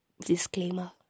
disclaimer